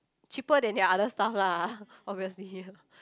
cheaper than the other stuff lah obviously